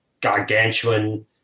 gargantuan